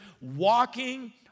Walking